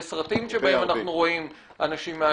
סרטים שבהם אנחנו רואים אנשים מעשנים.